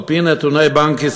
על-פי בנק ישראל,